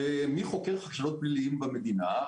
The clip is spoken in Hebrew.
מי חוקר חשדות פליליים במדינה?